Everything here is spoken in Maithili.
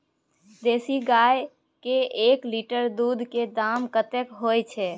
देसी गाय के एक लीटर दूध के दाम कतेक होय छै?